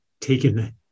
taken